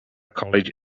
college